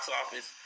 office